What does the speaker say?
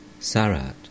Sarat